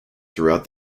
throughout